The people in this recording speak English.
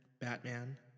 Batman